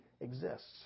exists